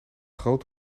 grote